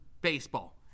baseball